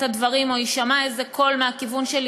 הדברים או יישמע איזה קול מהכיוון שלי,